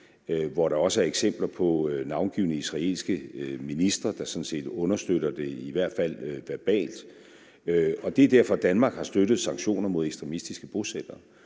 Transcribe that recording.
hvor der også er eksempler på navngivne israelske ministre, der sådan set understøtter det, i hvert fald verbalt. Og det er derfor, Danmark har støttet sanktioner mod ekstremistiske bosættere